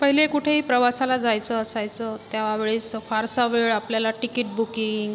पहिले कुठेही प्रवासाला जायचं असायचं त्यावेळेस फारसा वेळ आपल्याला टिकिट बुकिंग